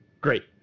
great